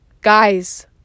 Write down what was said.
Guys